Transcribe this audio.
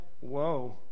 whoa